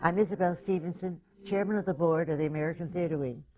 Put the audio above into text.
um isabelle stevenson, chairman of the board of the american theatre wing.